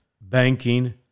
banking